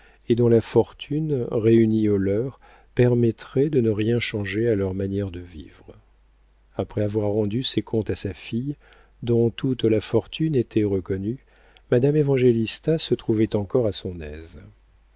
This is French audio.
et dont la fortune réunie aux leurs permettrait de ne rien changer à leur manière de vivre après avoir rendu ses comptes à sa fille dont toute la fortune était reconnue madame évangélista se trouvait encore à son aise